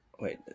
Wait